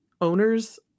owners